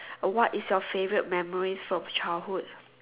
uh what is your favorite memories from childhood